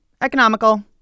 economical